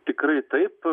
tikrai taip